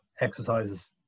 exercises